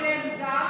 אין להם דת,